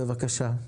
בבקשה.